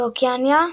ואוקיאניה.